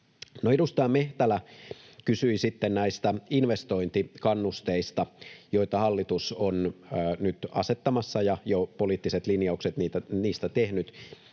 edustaja Mehtälä kysyi sitten näistä investointikannusteista, joita hallitus on nyt asettamassa ja joista jo poliittiset linjaukset on tehnyt,